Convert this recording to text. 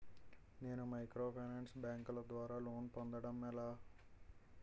నేను మైక్రోఫైనాన్స్ బ్యాంకుల ద్వారా లోన్ పొందడం ఎలా?